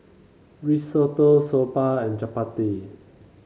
Risotto Soba and Chapati